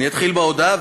אני אתחיל בהודעה,